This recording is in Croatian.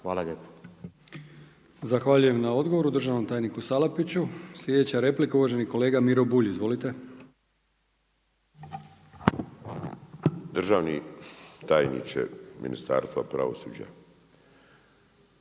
(HDZ)** Zahvaljujem na odgovoru državnom tajniku Salapiću. Sljedeća replika, uvaženi kolega Miro Bulj. Izvolite. **Bulj, Miro (MOST)** Državni tajniče Ministarstva pravosuđa,